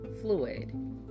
fluid